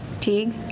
Teague